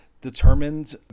determined